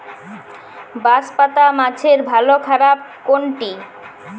বাঁশপাতা মাছের ভালো খাবার কোনটি?